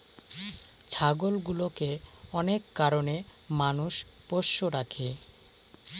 ছাগলগুলোকে অনেক কারনে মানুষ পোষ্য রাখে